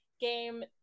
game